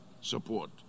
support